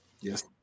Yes